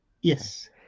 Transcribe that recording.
Yes